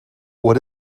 what